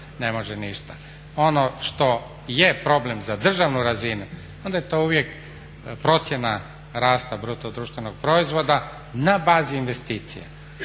ne može ništa. Ono što je problem za državnu razinu onda je to uvijek procjena rasta bruto društvenog proizvoda na bazi investicije.